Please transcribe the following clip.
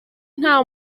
nta